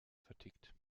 vertickt